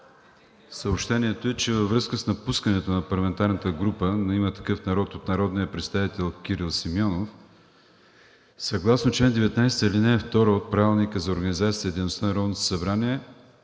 съобщение е: „Във връзка с напускането на парламентарната група на „Има такъв народ“ от народния представител Кирил Симеонов съгласно чл. 19, ал. 2 от Правилника за организацията